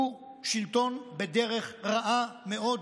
הוא שלטון בדרך רעה מאוד,